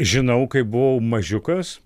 žinau kaip buvau mažiukas